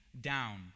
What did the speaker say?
down